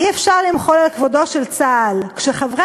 אי-אפשר למחול על כבודו של צה"ל כשחברי